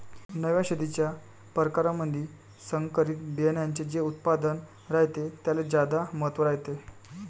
नव्या शेतीच्या परकारामंधी संकरित बियान्याचे जे उत्पादन रायते त्याले ज्यादा महत्त्व रायते